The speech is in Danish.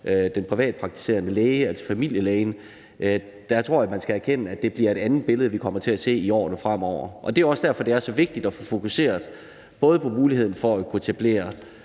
den privatpraktiserende læge, altså familielægen, tror jeg, man skal erkende, at det bliver et andet billede, vi kommer til at se i årene fremover. Det er også derfor, det er så vigtigt at få fokuseret på muligheden for at kunne etablere